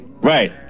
Right